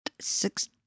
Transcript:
six